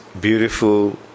beautiful